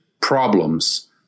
problems